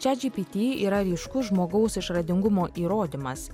chatgpt yra ryškus žmogaus išradingumo įrodymas